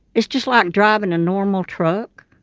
it's just like driving a normal truck.